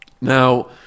now